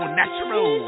natural